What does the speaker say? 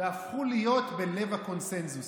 והפכו להיות בלב הקונסנזוס,